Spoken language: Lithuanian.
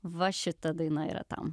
va šita daina yra tam